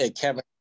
Kevin